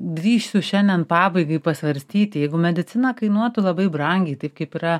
drįsiu šiandien pabaigai pasvarstyti jeigu medicina kainuotų labai brangiai taip kaip yra